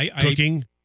cooking